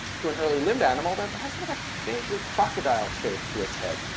to an early limbed animal that has sort of a vaguely crocodile shape to its head.